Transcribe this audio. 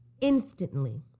instantly